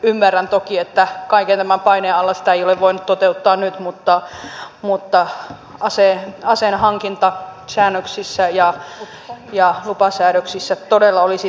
ymmärrän toki että kaiken tämän paineen alla sitä ei ole voinut toteuttaa nyt mutta aseenhankintasäännöksissä ja lupasäädöksissä todella olisi tekemistä